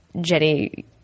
Jenny